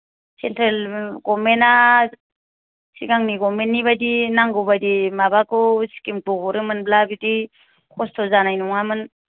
central गभमेना सिगांनि गभमेननि बायदि नांगौबादि माबाखौ स्किमखौ हरोमोनब्ला बिदि खस्थ' जानाय नङामोन